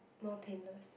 more painless